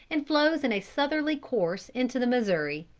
and flows in a southerly course into the missouri.